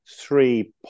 three